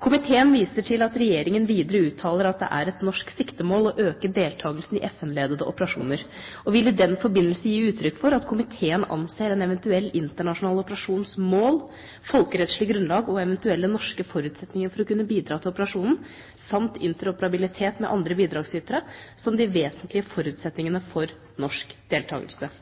viser til at Regjeringen videre uttaler at det er et norsk siktemål å øke deltakelsen i FN-ledede operasjoner, og vil i den forbindelse gi uttrykk for at komiteen anser en eventuell internasjonal operasjons mål, folkerettslig grunnlag, og eventuelle norske forutsetninger for å kunne bidra til operasjonen, samt interoperabilitet med andre bidragsytere, som de vesentlige forutsetningene for norsk deltakelse.»